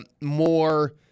more